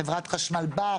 חברת חשמל באה,